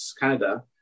Canada